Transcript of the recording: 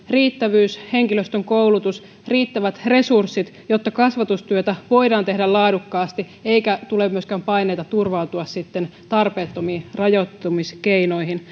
riittävyys henkilöstön koulutus riittävät resurssit jotta kasvatustyötä voidaan tehdä laadukkaasti eikä tule myöskään paineita turvautua sitten tarpeettomiin rajoittamiskeinoihin